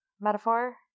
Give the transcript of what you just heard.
Metaphor